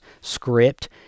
script